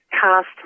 cast